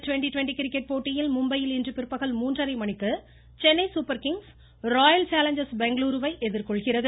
twenty twenty cricket போட்டியில் மும்பையில் இன்று பிற்பகல் மூன்றரை மணிக்கு Chennai Super Kings Royal Challengers பெங்களுருவை எதிர்கொள்கிறது